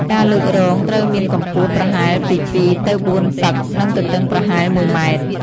ការលើករងត្រូវមានកម្ពស់ប្រហែលពី ២ ទៅ ៤ តឹក និងទទឹងប្រហែល ១ ម៉ែត្រ។